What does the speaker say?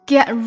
Get